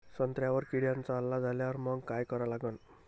संत्र्यावर किड्यांचा हल्ला झाल्यावर मंग काय करा लागन?